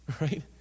Right